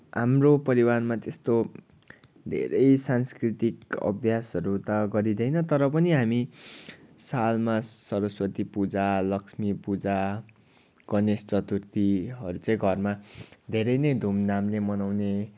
हाम्रो परिवारमा त्यस्तो धेरै सांस्कृतिक अभ्यासहरू त गरिँदैन तर पनि हामी सालमा सरस्वती पूजा लक्ष्मी पूजा गणेश चतुर्थीहरू चाहिँ घरमा धेरै नै धुमधामले मनाउने